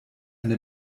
eine